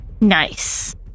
Nice